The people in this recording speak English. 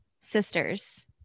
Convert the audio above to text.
Sisters